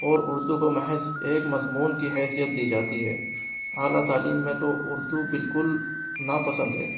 اور اردو کو محض ایک مضمون کی حیثیت دی جاتی ہے اعلیٰ تعلیم میں تو اردو بالکل ناپسند ہے